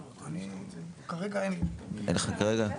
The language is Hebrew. כרגע אין לי מה להגיד.